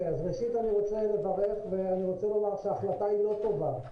ואני רוצה לומר שההחלטה היא לא טובה.